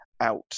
out